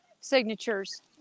signatures